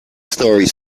story